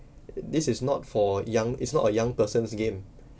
this is not for young is not a young person's game